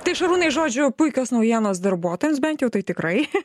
tai šarūnai žodžių puikios naujienos darbuotojos bent jau tai tikrai